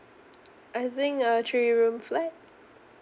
I think a three room flat